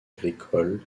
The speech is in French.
agricoles